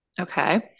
Okay